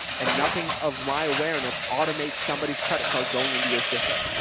and nothing of my awareness automate somebody's credit card, going into your system,